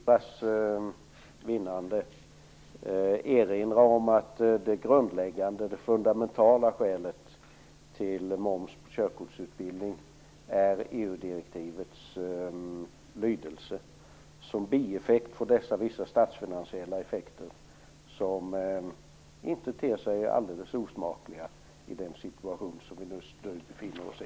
Herr talman! Jag vill erinra om att det fundamentala skälet till att momsbelägga körkortsutbildning är EU-direktivets lydelse. Som bieffekt får detta vissa statsfinansiella effekter, vilka inte ter sig alldeles osmakliga i den situation som vi nu befinner oss i.